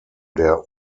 der